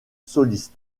soliste